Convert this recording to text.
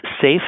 safe